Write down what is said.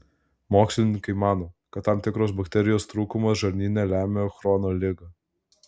mokslininkai mano kad tam tikros bakterijos trūkumas žarnyne lemia chrono ligą